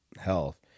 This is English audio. health